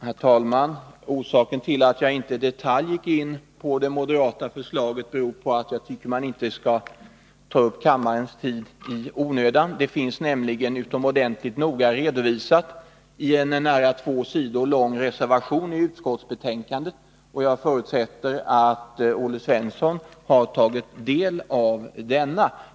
Herr talman! Orsaken till att jag inte i detalj gick in på det moderata förslaget är att jag inte tycker att man skall ta upp kammarens tid i onödan. Det förslaget finns nämligen utomordentligt noga redovisat i en nära två sidor lång reservation till utskottsbetänkandet, och jag förutsätter att Olle Svensson har tagit del av denna.